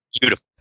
Beautiful